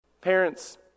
Parents